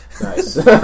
Nice